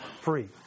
free